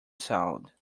sound